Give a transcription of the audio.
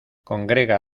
congrega